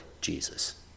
Jesus